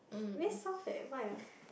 very soft eh why ah